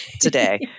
today